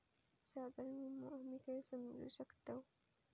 साधारण विमो आम्ही काय समजू शकतव?